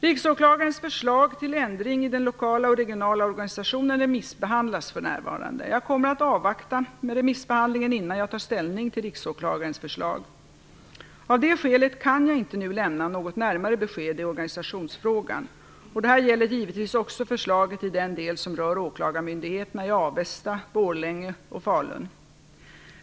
Riksåklagarens förslag till ändring i den lokala och regionala organisationen remissbehandlas för närvarande. Jag kommer att avvakta remissbehandlingen innan jag tar ställning till Riksåklagarens förslag. Av detta skäl kan jag inte nu lämna något närmare besked i organisationsfrågan. Detta gäller givetvis också förslaget i den del som rör åklagarmyndigheterna i Avesta, Borlänge och Falun.